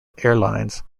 airlines